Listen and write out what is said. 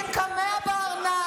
עם קמע בארנק,